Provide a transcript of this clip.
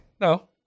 No